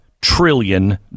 trillion